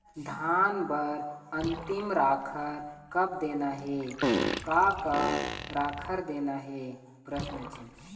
धान बर अन्तिम राखर कब देना हे, का का राखर देना हे?